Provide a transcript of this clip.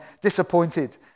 disappointed